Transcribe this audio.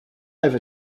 over